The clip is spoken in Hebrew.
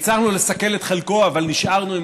והצלחנו לסכל את חלקו אבל נשארנו עם